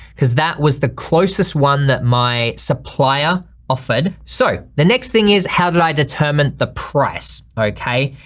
cause that was the closest one that my supplier offered. so the next thing is how did i determine the press? okay.